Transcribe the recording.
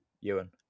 Ewan